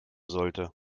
sollte